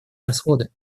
расходы